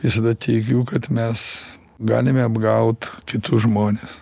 visada teigiu kad mes galime apgaut kitus žmones